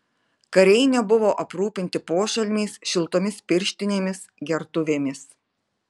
kariai nebuvo aprūpinti pošalmiais šiltomis pirštinėmis gertuvėmis